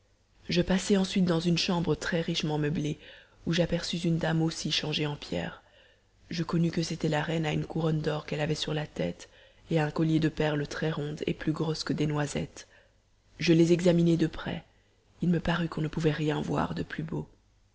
je passai ensuite dans une chambre très richement meublée où j'aperçus une dame aussi changée en pierre je connus que c'était la reine à une couronne d'or qu'elle avait sur la tête et à un collier de perles très rondes et plus grosses que des noisettes je les examinai de près il me parut qu'on ne pouvait rien voir de plus beau